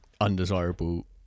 undesirable